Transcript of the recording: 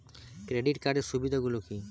Credit কার্ডের সুবিধা গুলো কি?